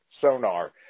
sonar